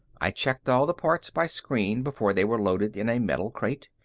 i checked all the parts by screen before they were loaded in a metal crate.